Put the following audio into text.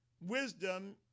Wisdom